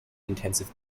intensive